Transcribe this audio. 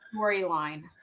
storyline